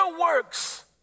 works